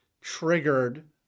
triggered